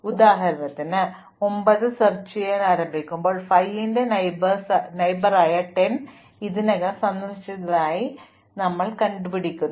ഉദാഹരണത്തിന് 9 പര്യവേക്ഷണം ചെയ്യാൻ ആരംഭിക്കുമ്പോൾ 5 ന്റെ അയൽവാസിയെപ്പോലെ 10 ഇതിനകം സന്ദർശിച്ചതിനാൽ ഞങ്ങൾ 9 10 എഡ്ജ് ഉപയോഗിക്കുന്നില്ല